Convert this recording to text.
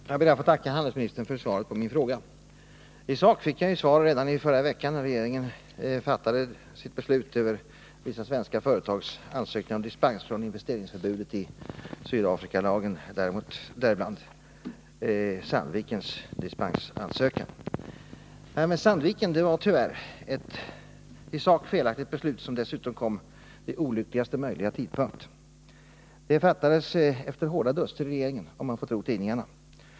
Herr talman! Jag ber att få tacka handelsministern för svaret på min fråga. I sak fick jag svar redan i förra veckan, då regeringen fattade sitt beslut om vissa svenska företags ansökningar om dispens från investeringsförbudet i Sydafrikalagen, däribland Sandvik AB:s dispensansökan. Beslutet med anledning av Sandviks ansökan var tyvärr ett i sak felaktigt beslut, som dessutom kom vid olyckligaste möjliga tidpunkt. Det fattades efter hårda duster i regeringen, om vi får tro tidningarna.